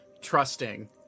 trusting